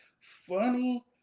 funny